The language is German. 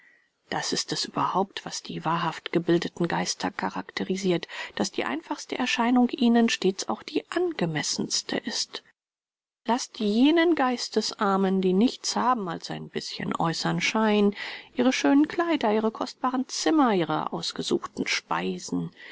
das ist es überhaupt was die wahrhaft gebildeten geister charakterisirt daß die einfachste erscheinung ihnen stets auch die angemessenste ist laßt jenen geistesarmen die nichts haben als ein bischen äußern schein ihre schönen kleider ihre kostbaren zimmer ihre ausgesuchten speisen